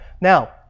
Now